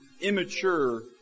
immature